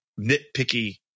nitpicky